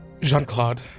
Jean-Claude